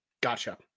Gotcha